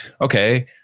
okay